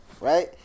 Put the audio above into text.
right